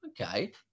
Okay